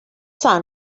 son